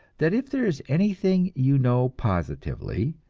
that if there is anything you know positively,